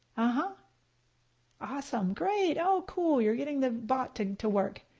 ah awesome, great, oh cool, you're getting the bot to to work.